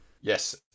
Yes